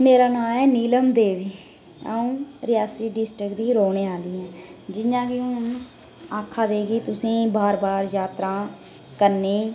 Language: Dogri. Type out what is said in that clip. मेरा नांऽ ऐ नीलम देवी अं'ऊ रियासी डिस्ट्रिक्ट दी रौह्ने आह्लीं आं जि'यां कि आक्खा दे हून तुसेंगी बार बार जात्तरा करने गी